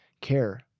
care